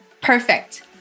perfect